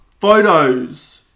Photos